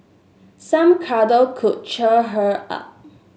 some cuddle could cheer her up